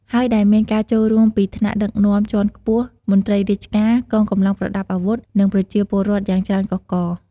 ហើយដែលមានការចូលរួមពីថ្នាក់ដឹកនាំជាន់ខ្ពស់ មន្ត្រីរាជការ កងកម្លាំងប្រដាប់អាវុធ និងប្រជាពលរដ្ឋយ៉ាងច្រើនកុះករ។